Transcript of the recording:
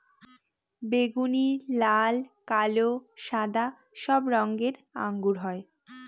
বেগুনি, লাল, কালো, সাদা সব রঙের আঙ্গুর হয়